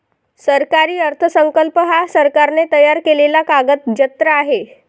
सरकारी अर्थसंकल्प हा सरकारने तयार केलेला कागदजत्र आहे